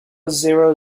zéro